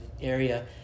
area